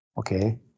Okay